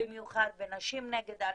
במיוחד נשים נגד אלימות,